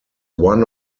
one